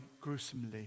gruesomely